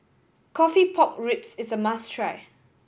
coffee pork ribs is a must try